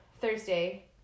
Thursday